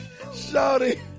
shawty